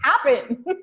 happen